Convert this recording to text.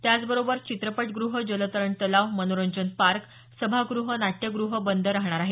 त्याचबरोबर चित्रपट गृह जलतरण तलाव मनोरंजन पार्क्स सभागृह नाट्यग्रहही बंदच राहणार आहेत